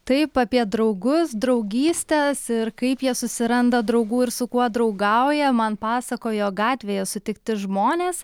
taip apie draugus draugystes ir kaip jie susiranda draugų ir su kuo draugauja man pasakojo gatvėje sutikti žmonės